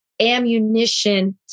ammunition